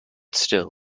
still